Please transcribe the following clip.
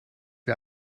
wie